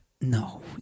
No